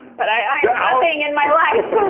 but, i iron nothing in my life.